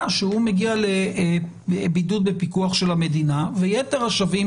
שהוא מגיע לבידוד בפיקוח של המדינה ויתר השבים